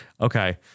Okay